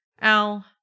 Al